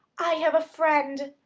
i have a friend!